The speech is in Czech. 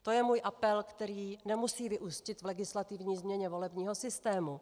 To je můj apel, který nemusí vyústit v legislativní změnu volebního systému.